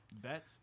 bet